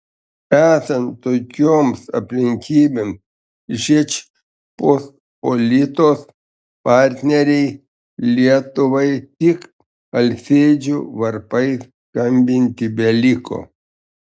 esant tokioms aplinkybėms žečpospolitos partnerei lietuvai tik alsėdžių varpais skambinti beliko